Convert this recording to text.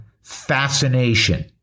fascination